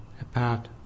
apart